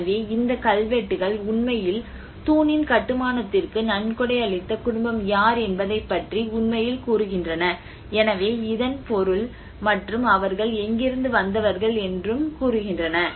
எனவே இந்த கல்வெட்டுகள் உண்மையில் தூணின் கட்டுமானத்திற்கு நன்கொடை அளித்த குடும்பம் யார் என்பதைப் பற்றி உண்மையில் கூறுகின்றன எனவே இதன் பொருள் மற்றும் அவர்கள் எங்கிருந்து வந்தவர்கள் என்றும் கூறுகின்றன